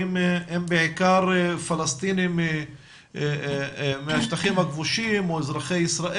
האם הם בעיקר פלשתינים מהשטחים הכבושים או אזרחי ישראל?